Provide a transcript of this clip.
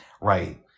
Right